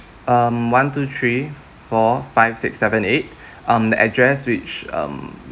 um one two three four five six seven eight um the address which um